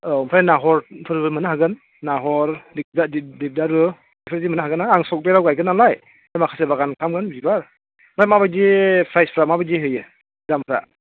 औ ओमफ्राय नाहर फुलबो मोन्नो हागोन नाहर देबदारु बेफोरबायदि मोन्नो हागोन ना आं सकावहाय गायगोन नालाय माखासे बागान खालामगोन बिबार ओमफ्राय माबायदि फ्रायसफ्रा माबादि होयो दामफ्रा